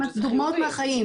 --- אני חושבת שזה חיובי,